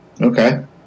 Okay